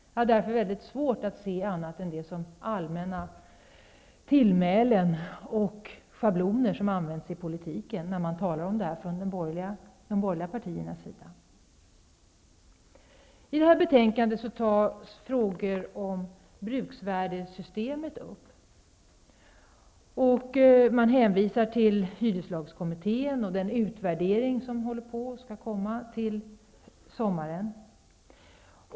Jag har därför väldigt svårt att se talet om ökad valfrihet som annat än allmänna uttalanden och schabloner, som används inom politiken från de borgerliga partiernas sida. I detta betänkande tas frågor om bruksvärdessystemet upp. Man hänvisar till hyreslagskommittén och den utvärdering som skall vara klar till sommaren.